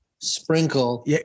sprinkle